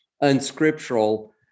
unscriptural